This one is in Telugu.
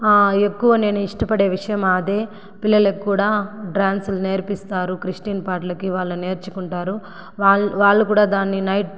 ఎక్కువ నేను ఇష్టపడే విషయం అదే పిల్లలక్కూడా డాన్సులు నేర్పిస్తారు క్రిస్టియన్ పాటలకి వాళ్ళు నేర్చుకుంటారు వాళ్ వాళ్ళు కూడా దాన్ని నైట్